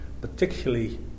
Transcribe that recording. particularly